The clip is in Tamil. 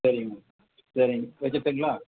சரிங்கம்மா சரிங்க வெச்சுட்டுங்களா